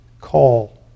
call